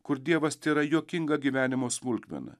kur dievas tėra juokinga gyvenimo smulkmena